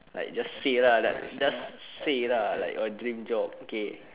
like just say lah like just say lah like what dream job okay